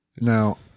Now